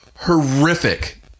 horrific